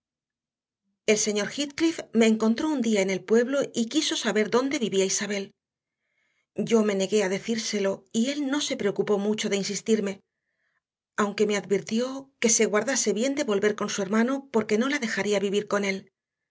el señor heathcliff me encontró un día en el pueblo y quiso saber dónde vivía isabel yo me negué a decírselo y él no se preocupó mucho de insistirme aunque me advirtió que se guardase bien de volver con su hermano porque no la dejaría vivir con él